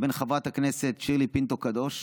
בין חברת הכנסת שירלי פינטו קדוש,